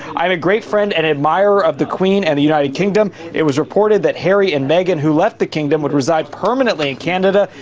i am a great friend and admirer of the queen and the united kingdom. it was reported that harry and meghan who left the kingdom would reside permanently and canada.